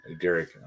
Derek